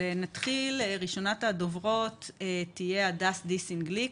ראשונת הדוברות תהיה הדס דיסין גליק,